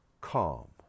calm